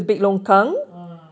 ah